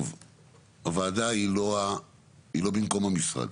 הוועדה היא לא במקום המשרד.